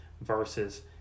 versus